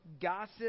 gossip